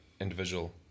individual